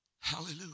hallelujah